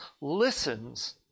listens